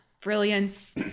brilliance